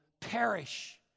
perish